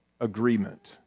Agreement